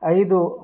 ಐದು